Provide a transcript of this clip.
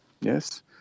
Yes